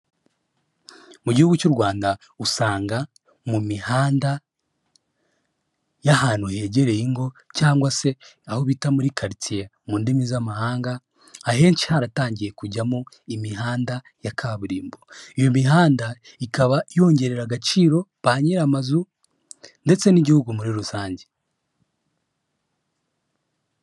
Mu gihugu cy'u Rwanda usanga mu mihanda y'ahantu hegereye ingo cyangwa se aho bita muri karitsiye mu ndimi z'amahanga, ahenshi haratangiye kujyamo imihanda ya kaburimbo, iyo mihanda ikaba yongerera agaciro ba nyiramazu ndetse n'Igihugu muri rusange.